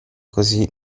così